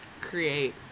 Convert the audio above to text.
create